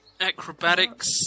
acrobatics